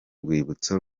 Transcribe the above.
rwibutso